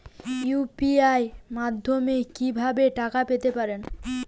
UPI মাধ্যমে কি ভাবে টাকা পেতে পারেন?